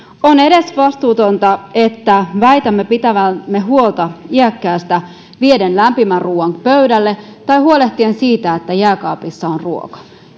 on edesvastuutonta että väitämme pitävämme huolta iäkkäästä viemällä lämpimän ruoan pöydälle tai huolehtimalla siitä että jääkaapissa on ruoka